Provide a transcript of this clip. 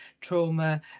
trauma